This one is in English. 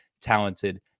talented